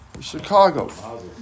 Chicago